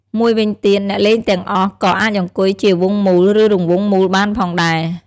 មួយវិញទៀត អ្នកលេងទាំងអស់ក៏អាចអង្គុយជា វង់មូល ឬរង្វង់មូលបានផងដែរ។